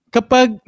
Kapag